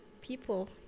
people